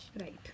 right